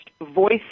voice